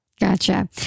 Gotcha